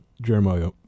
Jeremiah